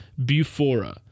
Bufora